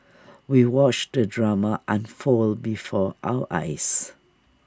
we watched the drama unfold before our eyes